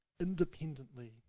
independently